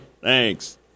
Thanks